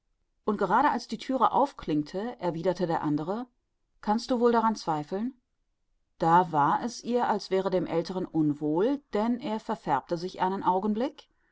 und gerade als sie die thüre aufklinkte erwiderte der andere kannst du wohl daran zweifeln da war es ihr als wäre dem aelteren unwohl denn er verfärbte sich einen augenblick